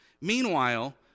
Meanwhile